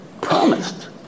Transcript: promised